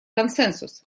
консенсус